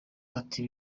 ati